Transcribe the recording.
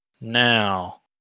Now